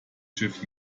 schiff